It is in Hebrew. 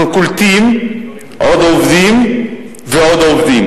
אנחנו קולטים עוד עובדים ועוד עובדים.